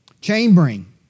Chambering